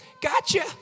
gotcha